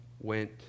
went